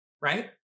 right